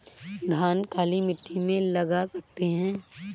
धान काली मिट्टी में लगा सकते हैं?